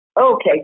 Okay